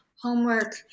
homework